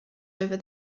over